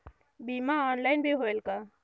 बीमा ऑनलाइन भी होयल का?